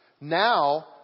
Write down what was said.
Now